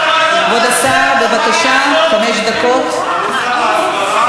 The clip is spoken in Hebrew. חכי, אחרי השר.